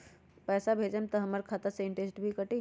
पैसा भेजम त हमर खाता से इनटेशट भी कटी?